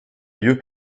lieu